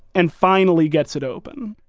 and finally gets it open.